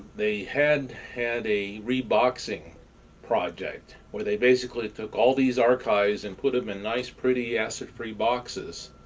they had had a re-boxing project where they basically took all these archives and put them in nice, pretty acid-free boxes,